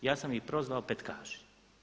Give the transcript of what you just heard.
Ja sam ih prozvao petkaši.